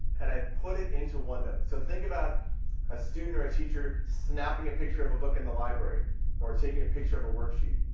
and i have put it into onenote. so think about a student or a teacher snapping a picture of a book in a library or taking a picture of a work sheet.